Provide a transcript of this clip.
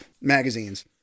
magazines